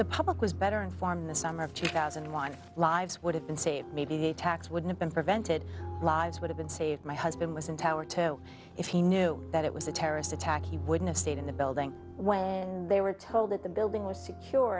the public was better informed in the summer of two thousand and one lives would have been saved maybe they wouldn't been prevented lives would have been saved my husband was in tower to if he knew that it was a terrorist attack he would've stayed in the building when they were told that the building was secure